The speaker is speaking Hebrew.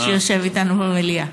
שיושב איתנו במליאה,